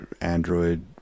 Android